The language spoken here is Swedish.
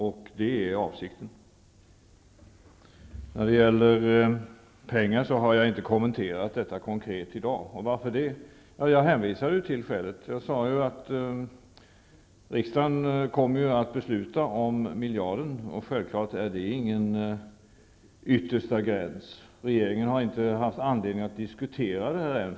Jag har inte kommenterat frågan om pengar konkret i dag. Varför det? Jag hänvisade till skälet; jag sade att riksdagen kommer att fatta beslut om miljarden. Självfallet är det inte någon yttersta gräns. Regeringen har inte haft anledning att diskutera frågan än.